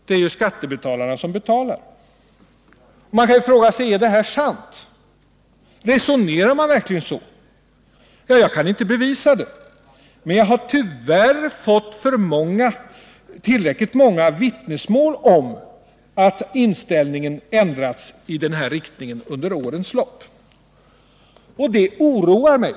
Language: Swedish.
Det är ju skattebetalarna som betalar. Man kan fråga sig om detta är sant. Resonerar man verkligen så? Jag kan inte bevisa det, men jag har tyvärr fått tillräckligt många vittnesmål om att inställningen under årens lopp ändrats i denna riktning. Detta oroar mig.